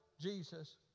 Jesus